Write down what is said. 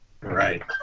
Right